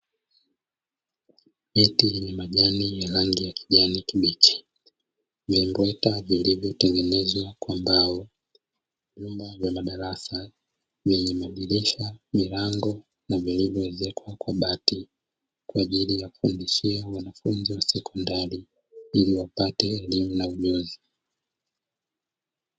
Geti lenye majani ya rangi ya kijani kibichi, vimbweta vilivyotengenezwa kwa mbao, vyumba vya madarasa vyenye madirisha, milango na vilivyoezekwa kwa bati, kwa ajili ya kufundishia wanafunzi wa sekondari ili wapate elimu na ujuzi.